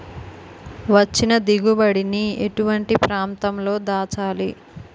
వచ్చిన దిగుబడి ని ఎటువంటి ప్రాంతం లో దాచాలి?